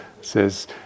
says